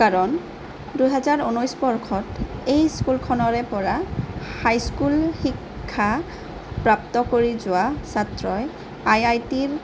কাৰণ দুহেজাৰ ঊনৈছ বৰ্ষত এই স্কুলখনৰে পৰা হাইস্কুল শিক্ষা প্ৰাপ্ত কৰি যোৱা ছাত্ৰই আই আই টিৰ